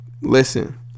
Listen